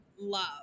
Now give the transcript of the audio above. love